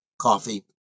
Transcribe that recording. coffee